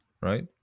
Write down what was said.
right